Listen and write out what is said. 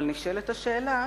אבל נשאלת השאלה: